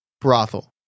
Brothel